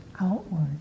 outward